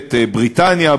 ממשלת בריטניה,